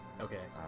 Okay